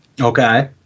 Okay